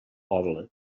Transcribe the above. poble